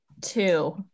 two